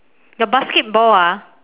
your basketball ah